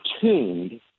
tuned